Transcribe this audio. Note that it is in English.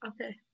okay